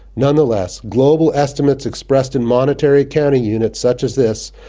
nonetheless, global estimates expressed in monetary accounting units, such as this,